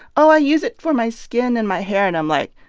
oh, i use it for my skin and my hair. and i'm like,